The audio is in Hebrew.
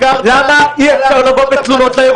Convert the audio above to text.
ולכן נחזור למשרד החוץ.